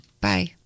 Bye